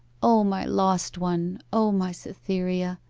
o my lost one! o my cytherea!